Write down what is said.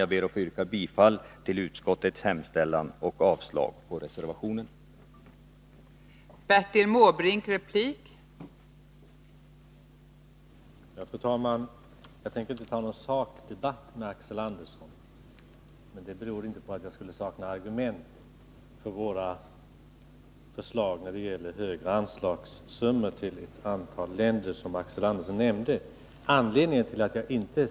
Jag ber att få yrka bifall till utskottets hemställan och avslag på reservation nr 50.